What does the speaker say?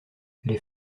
les